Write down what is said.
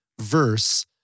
verse